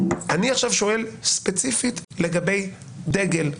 אני עכשיו שואל ספציפית לגבי דגל,